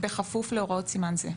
בכפוף להוראות סימן זה.